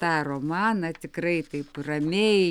tą romaną tikrai taip ramiai